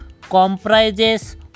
comprises